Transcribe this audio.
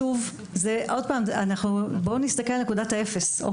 בואו נסתכל על נקודת האפס.